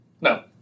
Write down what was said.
No